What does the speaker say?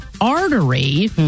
Artery